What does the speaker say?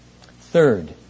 Third